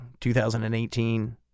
2018